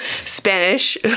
Spanish